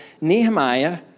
Nehemiah